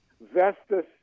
Vestas